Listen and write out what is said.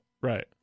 Right